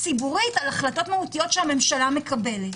ציבורית על החלטות מהותיות שהממשלה מקבלת.